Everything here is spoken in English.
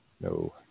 No